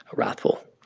wrathful.